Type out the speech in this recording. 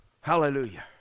Hallelujah